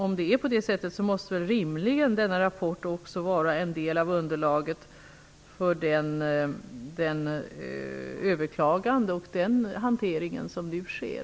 Om det är på det sättet måste rimligen denna rapport även vara en del av underlaget för det överklagande och den hantering som nu sker.